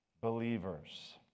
believers